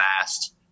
fast